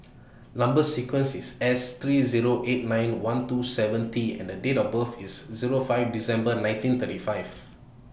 Number sequence IS S three Zero eight nine one two seven T and Date of birth IS Zero five December nineteen thirty five